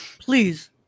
Please